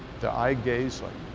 the eye gazing,